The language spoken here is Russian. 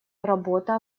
работа